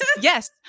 yes